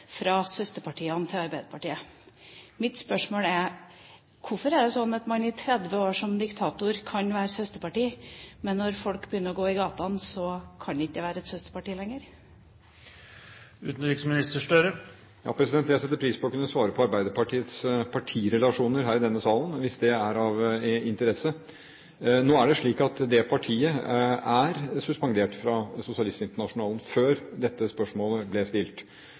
fra søsterpartiene til Arbeiderpartiet. Mitt spørsmål er: Hvorfor er det slik at man i 30 år med diktator kan være søsterparti, men når folk begynner å gå ut i gatene, kan man ikke være søsterparti lenger? Jeg setter pris på å kunne svare på Arbeiderpartiets partirelasjoner her i denne salen, hvis det er av interesse. Nå er det slik at det partiet ble suspendert fra Den Sosialistiske Internasjonalen før dette spørsmålet ble stilt.